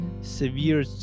severe